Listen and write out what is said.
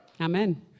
Amen